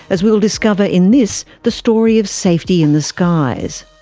as we'll discover in this, the story of safety in the skies.